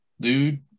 dude